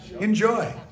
Enjoy